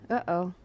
Uh-oh